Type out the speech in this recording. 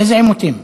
איזה עימותים?